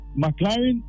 McLaren